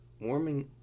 Warming